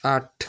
आठ